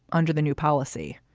under the new policy,